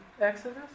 Exodus